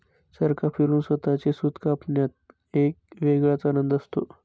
चरखा फिरवून स्वतःचे सूत कापण्यात एक वेगळाच आनंद असतो